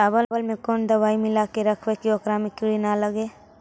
चावल में कोन दबाइ मिला के रखबै कि ओकरा में किड़ी ल लगे?